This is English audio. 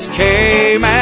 came